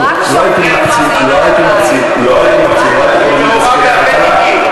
לא הייתי מקצין ואומר תסקירי חלחלה,